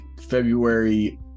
February